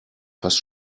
fast